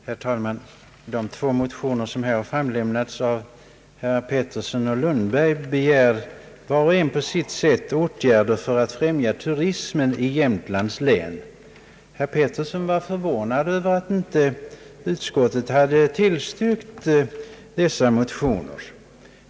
Herr talman! I de två motioner som avgetts av herrar Pettersson och Lundberg begärs på olika sätt åtgärder för att främja turismen i Jämtlands län. Herr Pettersson uttryckte sin förvåning över att utskottet inte tillstyrkt motionerna.